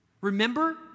Remember